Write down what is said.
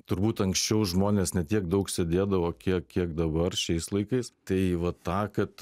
turbūt anksčiau žmonės ne tiek daug sėdėdavo kiek kiek dabar šiais laikais tai vat tą kad